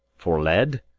for lead?